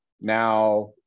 Now